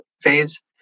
phase